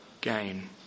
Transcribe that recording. gain